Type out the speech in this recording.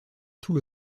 tout